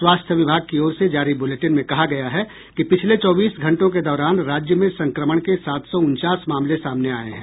स्वास्थ्य विभाग की ओर से जारी बुलेटिन में कहा गया है कि पिछले चौबीस घंटों के दौरान राज्य में संक्रमण के सात सौ उनचास मामले सामने आये हैं